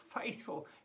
faithful